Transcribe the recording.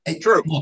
True